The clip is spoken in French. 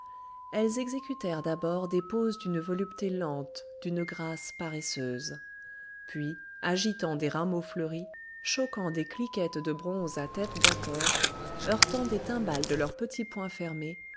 elles exécutèrent d'abord des poses d'une volupté lente d'une grâce paresseuse puis agitant des rameaux fleuris choquant des cliquettes de bronze à tête d'hâthor heurtant des timbales de leur petit poing fermé